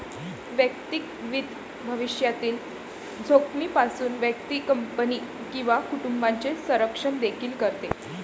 वैयक्तिक वित्त भविष्यातील जोखमीपासून व्यक्ती, कंपनी किंवा कुटुंबाचे संरक्षण देखील करते